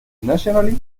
nationally